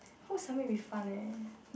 hope something will be fun leh